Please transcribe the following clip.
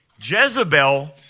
Jezebel